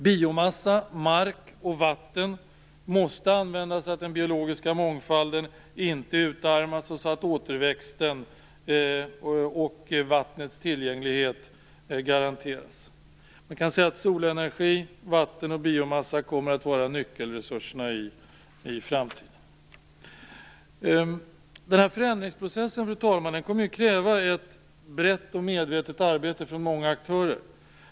Biomassa, mark och vatten måste användas så att den biologiska mångfalden inte utarmas och så att återväxten och vattnets tillgänglighet garanteras. Solenergi, vatten och biomassa kommer att vara nyckelresurserna i framtiden. Fru talman! Förändringsprocessen kommer att kräva ett brett och medvetet arbete från många aktörer.